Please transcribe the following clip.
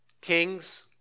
kings